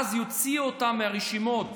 ואז יוציאו אותם מהרשימות,